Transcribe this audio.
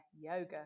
yoga